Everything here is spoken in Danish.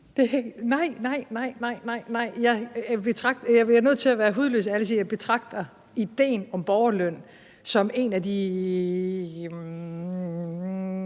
Frederiksen): Nej, nej, nej. Jeg bliver nødt til at være hudløst ærlig og sige, at jeg betragter ideen om borgerløn som en af de